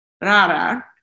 rara